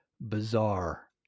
bizarre